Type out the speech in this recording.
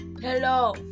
Hello